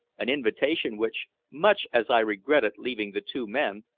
an invitation which, much as i regretted leaving the two men,